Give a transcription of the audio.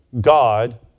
God